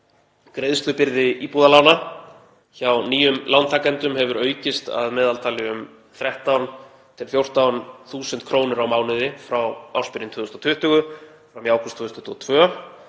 greiðslubyrði íbúðalána hjá nýjum lántakendum hefur aukist að meðaltali um 13.000–14.000 kr. á mánuði frá ársbyrjun 2020 fram í ágúst 2022.